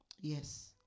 Yes